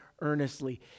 Earnestly